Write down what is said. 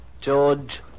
George